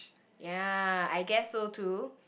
ya I guess so too